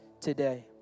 today